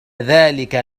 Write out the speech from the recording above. ذلك